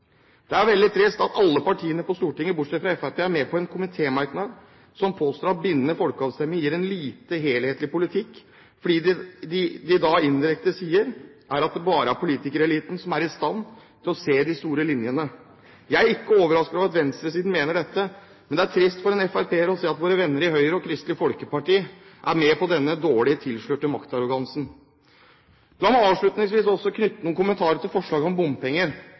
Det er veldig trist at alle partiene på Stortinget bortsett fra Fremskrittspartiet er med på en komitémerknad som påstår at bindende folkeavstemninger gir en lite helhetlig politikk, fordi det de da indirekte sier, er at det bare er politikereliten som er i stand til å se de store linjene. Jeg er ikke overrasket over at venstresiden mener dette, men det er trist for en FrP-er å se at våre venner i Høyre og Kristelig Folkeparti er med på denne dårlig tilslørte maktarrogansen. La meg avslutningsvis knytte noen kommentarer til forslaget om bompenger.